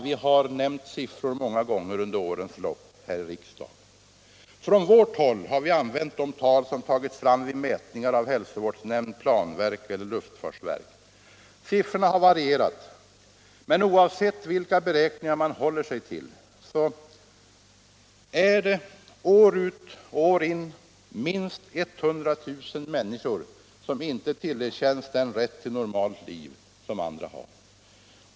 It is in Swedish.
Vi har nämnt siffror många gånger under årens lopp här i riksdagen. Från vårt håll har vi använt de tal som tagits fram vid mätningar av hälsovårdsnämnd, planverk eller luftfartsverk. Siffrorna har varierat, men oavsett vilka beräkningar man håller sig till, så är det år ut och år in minst 100 000 människor som inte tillerkänns den rätt till normalt liv som andra har.